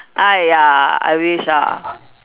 !aiya! I wish ah